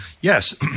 yes